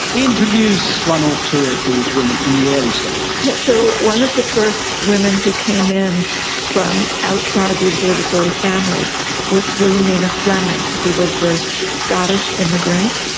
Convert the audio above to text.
introduce one or two of these women in the early stages. yes, so one of the first women who came in from outside the observatory family was williamina fleming, who was a scottish immigrant.